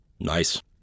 nice